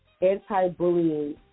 anti-bullying